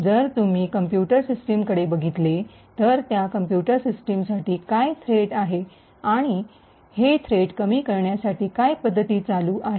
जर तुम्ही कॉम्पुटर सिस्टीमकडे बघितले तर त्या कॉम्पुटर सिस्टीमसाठी काय धोके थ्रेट - Threat आहेत आणि हे धोके थ्रेट Threat कमी करण्यासाठी काय पद्धती चालू आहेत